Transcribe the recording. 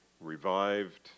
revived